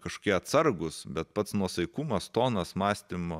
kažkokie atsargūs bet pats nuosaikumas tonas mąstymo